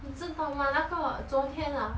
你知道 mah 那个昨天 ah